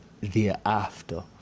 thereafter